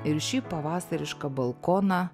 ir šį pavasarišką balkoną